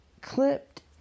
clipped